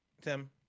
tim